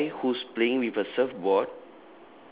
a guy who's playing with a surfboard